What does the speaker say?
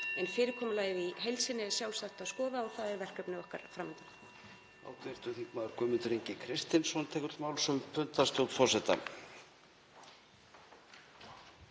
En fyrirkomulagið í heild sinni er sjálfsagt að skoða og það er verkefni okkar fram undan.